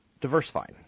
diversifying